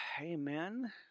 Amen